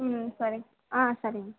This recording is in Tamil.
ம் சரிங்க சரிங்க